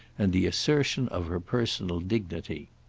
and the assertion of her personal dignity.